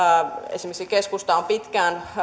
esimerkiksi keskusta on pitkään